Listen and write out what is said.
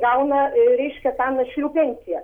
gaunareiškia tą našlių pensiją